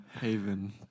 Haven